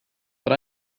but